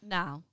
now